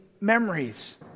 memories